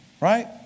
right